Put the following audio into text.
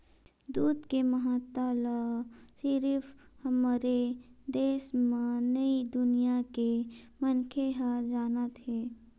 दूद के महत्ता ल सिरिफ हमरे देस म नइ दुनिया के मनखे ह जानत हे